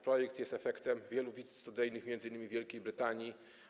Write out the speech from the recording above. Projekt jest efektem wielu bitw studyjnych, m.in. w Wielkiej Brytanii.